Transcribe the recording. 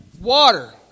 Water